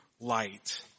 light